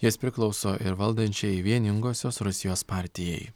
jis priklauso ir valdančiajai vieningosios rusijos partijai